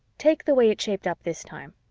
take the way it shaped up this time.